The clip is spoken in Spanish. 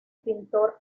pintor